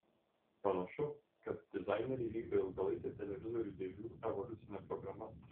panašu kad dizaineriai vykdo ilgalaikę televizorių dėžių evoliucine programa